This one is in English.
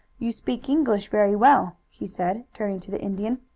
you speak english very well, he said, turning to the indian.